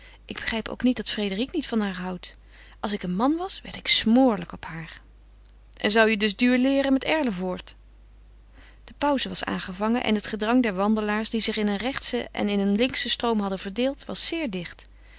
ik begrijp ook niet dat frédérique niet van haar houdt als ik een man was werd ik smoorlijk op haar en zou je dus duelleeren met erlevoort de pauze was aangevangen en het gedrang der wandelaars die zich in een rechtschen en in een linkschen stroom hadden verdeeld was zeer dicht